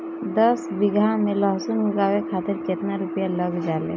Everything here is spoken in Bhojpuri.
दस बीघा में लहसुन उगावे खातिर केतना रुपया लग जाले?